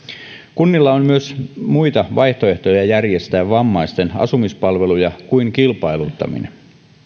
kunnilla on myös muita vaihtoehtoja järjestää vammaisten asumispalveluja kuin kilpailuttaminen